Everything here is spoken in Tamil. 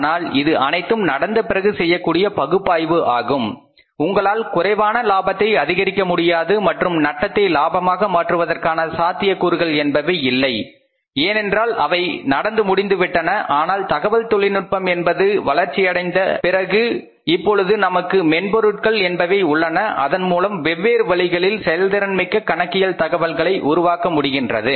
ஆனால் இது அனைத்தும் நடந்த பிறகு செய்யக்கூடிய பகுப்பாய்வு ஆகும் உங்களால் குறைவான லாபத்தை அதிகரிக்க முடியாது மற்றும் நட்டத்தை லாபமாக மாற்றுவதற்கான சாத்தியக் கூறுகள் என்பவை இல்லை ஏனென்றால் அவை நடந்து முடிந்து விட்டன ஆனால் தகவல் தொழில்நுட்பம் என்பது வளர்ச்சியடைய ஆரம்பித்த பிறகு இப்பொழுது நமக்கு மென்பொருட்கள் என்பவை உள்ளன அதன்மூலம் வெவ்வேறு வழிகளில் செயல்திறன்மிக்க கணக்கியல் தகவல்களை உருவாக்க முடிகின்றது